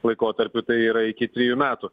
laikotarpiu tai yra iki trijų metų